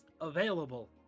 available